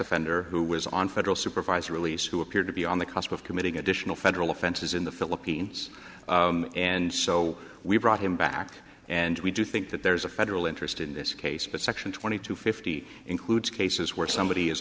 offender who was on federal supervised release who appeared to be on the cusp of committing additional federal offenses in the philippines and so we brought him back and we do think that there is a federal interest in this case but section twenty two fifty includes cases where somebody is